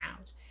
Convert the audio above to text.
out